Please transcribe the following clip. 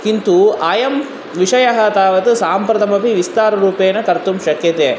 किन्तु अयं विषयः तावत् साम्प्रतमपि विस्ताररूपेण कर्तुं शक्यते